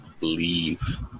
leave